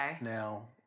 Now